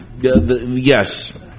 Yes